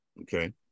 Okay